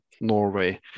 Norway